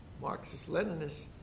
Marxist-Leninists